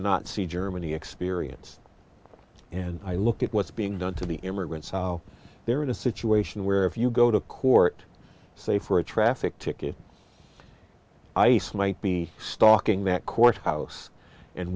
nazi germany experience and i look at what's being done to the immigrants they're in a situation where if you go to court say for a traffic ticket ice might be stalking that courthouse and